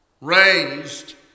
raised